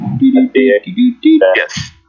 yes